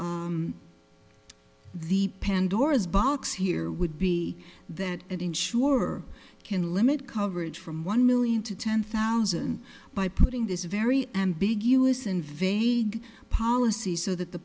the pandora's box here would be that and insure can limit coverage from one million to ten thousand by putting this very ambiguous invade policy so that the